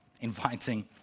inviting